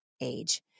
age